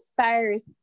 first